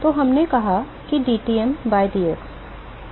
तो हमने कहा कि dTm by dx